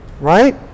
Right